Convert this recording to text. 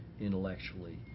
intellectually